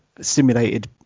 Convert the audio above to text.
simulated